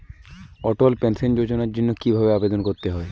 অটল pension যোজনার জন্য কি ভাবে আবেদন করতে হয়?